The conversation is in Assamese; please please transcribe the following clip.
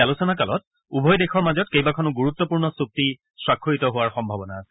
আলোচনাকালত উভয দেশৰ মাজত কেইবাখনো গুৰুত্বপূৰ্ণ চুক্তি স্বাক্ষৰিত হোৱাৰ সম্ভাৱনা আছে